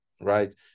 right